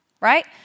right